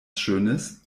schönes